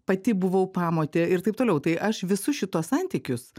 pati buvau pamotė ir taip toliau tai aš visus šituos santykius